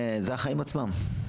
זה החיים עצמם.